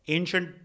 Ancient